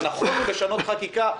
הנכון הוא לשנות חקיקה.